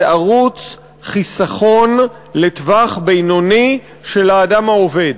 זה ערוץ חיסכון לטווח בינוני של האדם העובד.